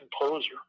composer